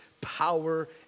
power